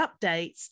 updates